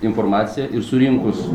informaciją ir surinkus